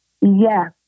Yes